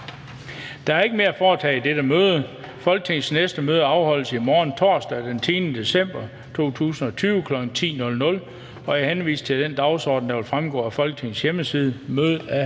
Der er ikke mere at foretage i dette møde. Folketingets næste møde afholdes i morgen, torsdag den 10. december 2020, kl. 10.00. Jeg henviser til den dagsorden, der vil fremgå af Folketingets hjemmeside. Mødet